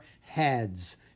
heads